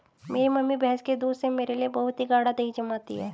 मेरी मम्मी भैंस के दूध से मेरे लिए बहुत ही गाड़ा दही जमाती है